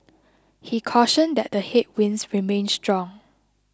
he cautioned that the headwinds remain strong